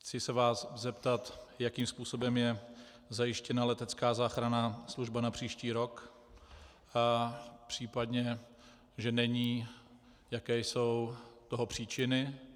Chci se vás zeptat, jakým způsobem je zajištěna letecká záchranná služba na příští rok, v případě že není, jaké jsou toho příčiny.